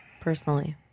personally